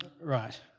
right